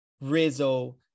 Rizzo